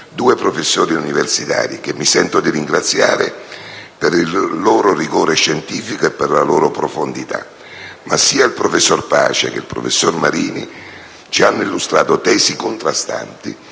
due professori universitari, che mi sento di ringraziare per il loro rigore scientifico e per la loro profondità; ma sia il professor Pace che il professor Marini ci hanno illustrato tesi contrastanti